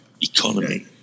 Economy